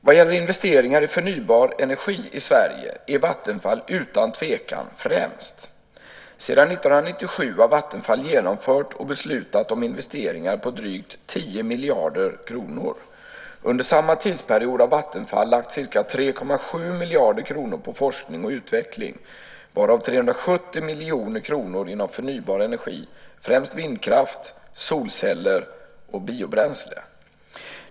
Vad gäller investeringar i förnybar energi i Sverige är Vattenfall utan tvekan främst. Sedan 1997 har Vattenfall genomfört och beslutat om investeringar på drygt 10 miljarder kronor. Under samma tidsperiod har Vattenfall lagt ca 3,7 miljarder kronor på forskning och utveckling, varav 370 miljoner kronor inom förnybar energi, främst vindkraft, solceller och biobränsle.